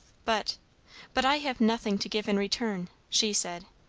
but but i have nothing to give in return, she said,